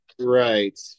Right